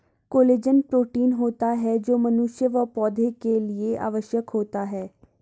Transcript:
collagen protein होता है जो मनुष्य व पौधा के लिए आवश्यक होता है